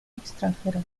extranjera